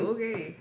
Okay